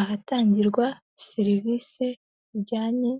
Ahatangirwa serivise zijyanye